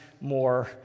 more